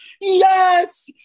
yes